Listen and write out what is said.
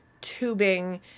tubing